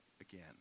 again